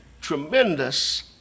tremendous